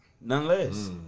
Nonetheless